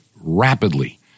rapidly